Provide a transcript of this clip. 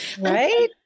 right